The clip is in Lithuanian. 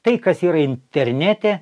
tai kas yra internete